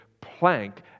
plank